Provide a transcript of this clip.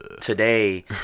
today